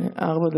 ההסכמים